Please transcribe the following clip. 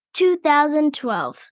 2012